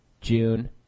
june